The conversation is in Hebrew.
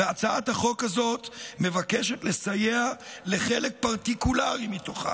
והצעת החוק הזאת מבקשת לסייע לחלק פרטיקולרי מתוכם.